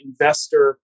investor